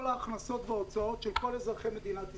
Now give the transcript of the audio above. ההכנסות וההוצאות של כל אזרחי מדינת ישראל.